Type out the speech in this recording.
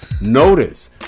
Notice